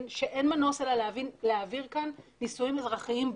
שאין מנוס אלא להעביר כאן נישואים אזרחיים בחוק,